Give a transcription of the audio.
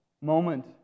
moment